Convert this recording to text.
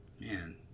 Man